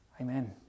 Amen